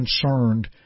concerned